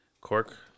Cork